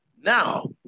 Now